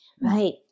Right